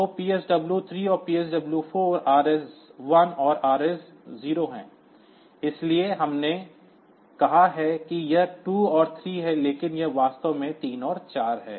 तो PSW 3 और PSW 4 RS1 और RS0 है इसलिए पहले हमने कहा कि यह 2 और 3 है लेकिन यह वास्तव में 3 और 4 है